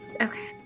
Okay